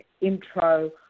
intro